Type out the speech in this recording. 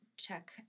check